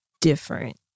different